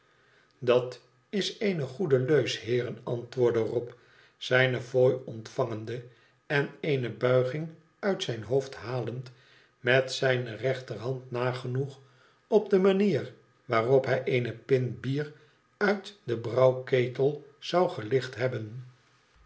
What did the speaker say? idat is eene goede leus heeren antwoordde rob zijne fooi ontvangende en eene buiging uit zijn hoofd halend met zijne rechterhand nagenoeg op de manier waarop hij eene pint bier uit den brouwketel zou gelicht hebben